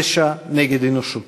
פשע נגד האנושות.